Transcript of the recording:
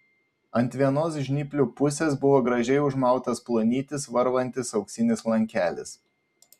ant vienos žnyplių pusės buvo gražiai užmautas plonytis varvantis auksinis lankelis